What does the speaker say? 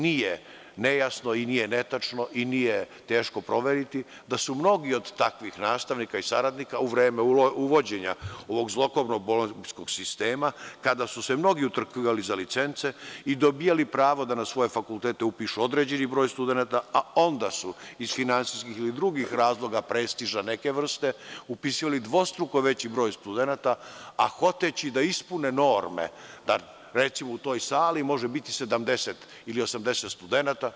Nije nejasno i nije netačno i nije teško proveriti da su mnogi od takvih nastavnika i saradnika u vreme uvođenja ovog zlokobnog bolonjskog sistema, kada su se mnogi utrkivali za licence i dobijali pravo da na svoje fakultete upišu određeni broj studenata, a onda su iz finansijskih ili drugih razloga, prestiža neke vrste, upisivali dvostruko veći broj studenata, a hoteći da ispune norme da, recimo, u toj sali može biti 70 ili 80 studenata.